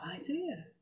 idea